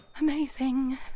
Amazing